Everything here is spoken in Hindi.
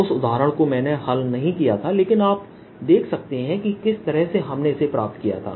उस उदाहरण को मैंने हल नहीं किया था लेकिन अब आप देख सकते हैं कि किस तरह से हमने इसे प्राप्त किया था